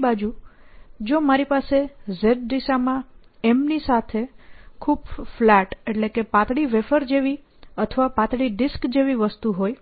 બીજી બાજુ જો મારી પાસે z દિશામાં M ની સાથે ખૂબ ફ્લેટ પાતળી વેફર જેવી અથવા પાતળી ડિસ્ક જેવી વસ્તુ હોય